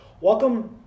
welcome